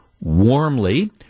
warmly